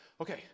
Okay